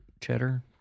Cheddar